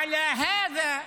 (אומר בערבית: